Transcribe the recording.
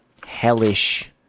hellish